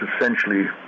essentially